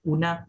Una